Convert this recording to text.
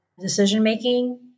decision-making